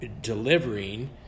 delivering